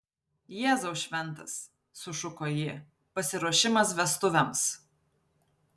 jėzau šventas sušuko ji pasiruošimas vestuvėms